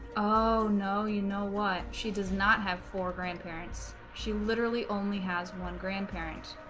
oh no you know what she does not have four grandparents she literally only has one grandparent